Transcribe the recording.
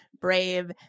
brave